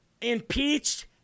impeached